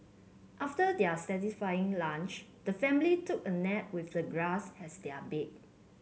after their satisfying lunch the family took a nap with the grass as their bed